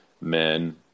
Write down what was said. Men